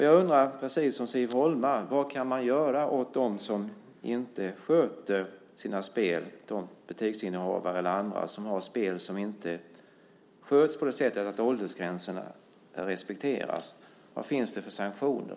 Jag undrar, precis som Siv Holma: Vad kan man göra åt de butiksinnehavare eller andra som inte sköter sina spel och respekterar åldersgränserna? Vad finns det för sanktioner?